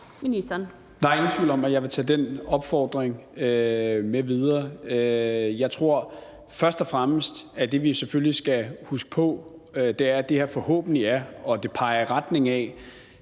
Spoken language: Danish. Der er ingen tvivl om, at jeg vil tage den opfordring med videre. Jeg tror, at det, vi først og fremmest skal huske på, er, at det her forhåbentlig er og peger i retning af